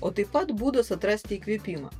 o taip pat būdas atrasti įkvėpimą